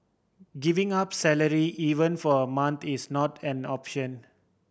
giving up salary even for a month is not an option